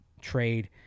trade